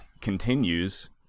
continues